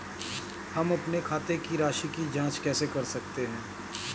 हम अपने खाते की राशि की जाँच कैसे कर सकते हैं?